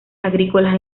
agrícolas